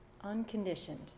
unconditioned